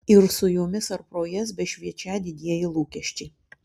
ir su jomis ar pro jas bešviečią didieji lūkesčiai